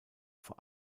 vor